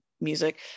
music